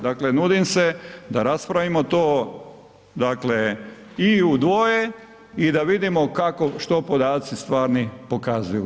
Dakle, nudim se da raspravimo to, dakle i u dvoje i da vidimo što podaci stvari pokazuju.